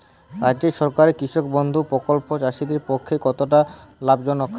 রাজ্য সরকারের কৃষক বন্ধু প্রকল্প চাষীদের পক্ষে কতটা লাভজনক?